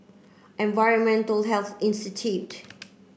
Environmental Health Institute